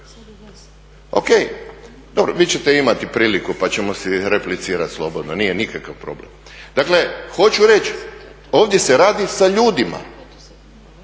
Ok, dobro vi ćete imati priliku pa ćemo si replicirati slobodno, nije nikakav problem. Dakle, hoću reći, ovdje se radi sa ljudima